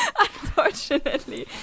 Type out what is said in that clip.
unfortunately